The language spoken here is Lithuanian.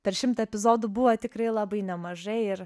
per šimtą epizodų buvo tikrai labai nemažai ir